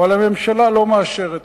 אבל הממשלה לא מאשרת להם.